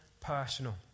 personal